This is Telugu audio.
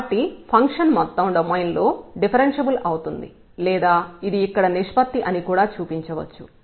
కాబట్టి ఫంక్షన్ మొత్తం డొమైన్ లో డిఫరెన్షియల్ అవుతుంది లేదా ఇది ఇక్కడ నిష్పత్తి అని కూడా చూపించవచ్చు